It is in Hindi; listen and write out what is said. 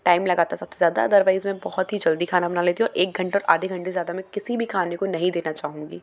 टाइम लगा था सब से ज़्यादा अदरवाइज़ मैं बहुत ही जल्दी खाना बना लेती हूँ और एक घंटे और आधे घंटे से ज़्यादा मैं किसी भी खाने को नहीं देना चाहूँगी